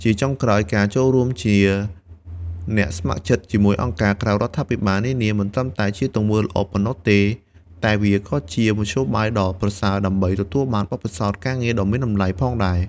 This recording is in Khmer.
ជាចុងក្រោយការចូលរួមជា អ្នកស្ម័គ្រចិត្តជាមួយអង្គការក្រៅរដ្ឋាភិបាលនានា មិនត្រឹមតែជាទង្វើល្អប៉ុណ្ណោះទេ តែវាក៏ជា មធ្យោបាយដ៏ប្រសើរដើម្បីទទួលបានបទពិសោធន៍ការងារដ៏មានតម្លៃ ផងដែរ។